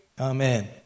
Amen